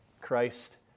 Christ